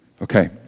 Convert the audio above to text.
Okay